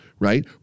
right